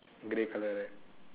grey colour right